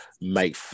make